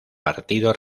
partido